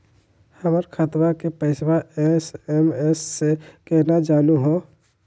हमर खतवा के पैसवा एस.एम.एस स केना जानहु हो?